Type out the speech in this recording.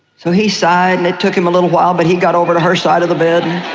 so he sighed and it took him a little while but he got over to her side of the bed,